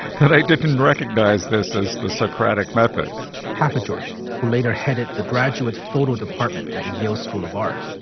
that i didn't recognize this as the socratic method papageorge, who later headed the graduate photo department at a yale school of art,